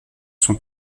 sont